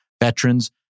veterans